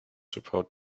support